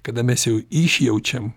kada mes jau išjaučiam